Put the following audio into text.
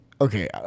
okay